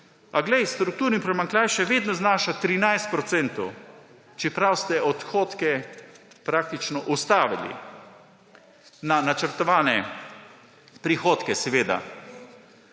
A glej, strukturni primanjkljaj še vedno znaša 13 %, čeprav ste odhodke praktično ustavili, na načrtovane prihodke, seveda.